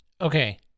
Okay